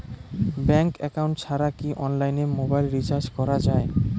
Bank account ছাড়া কি অনলাইনে মোবাইল রিচার্জ করা যায়?